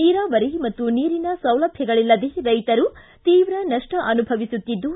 ನೀರಾವರಿ ಮತ್ತು ನೀರಿನ ಸೌಲಭ್ಯಗಳಲ್ಲದೇ ರೈತರು ತೀವ್ರ ನಷ್ಟ ಅನುಭವಿಸುತ್ತಿದ್ದು